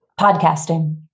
podcasting